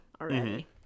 already